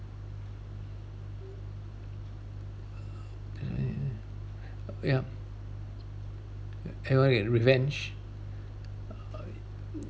yup everyone get revenge